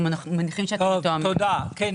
בשם